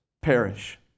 perish